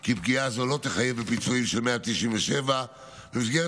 כי פגיעה זו לא תחייב בפיצויים של 197. במסגרת